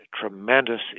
tremendous